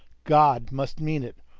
god must mean it,